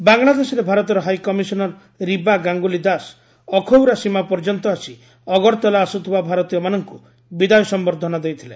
ବାଙ୍ଗଲାଦେଶରେ ଭାରତର ହାଇକମିଶନ୍ର ରିବା ଗାଙ୍ଗୁଲି ଦାସ ଅଖଉରା ସୀମା ପର୍ଯ୍ୟନ୍ତ ଆସି ଅଗରତଲା ଆସୁଥିବା ଭାରତୀୟମାନଙ୍କୁ ବିଦାୟ ସମ୍ପର୍ଦ୍ଧନା ଦେଇଥିଲେ